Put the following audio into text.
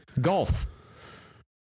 golf